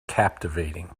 captivating